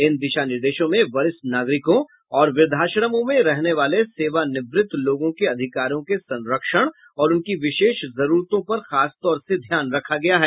इन दिशा निर्देशों में वरिष्ठ नागरिकों और वृद्वाश्रमों में रहने वाले सेवानिवृत्त लोगों के अधिकारों के संरक्षण और उनकी विशेष जरूरतों पर खासतौर से ध्यान रखा गया है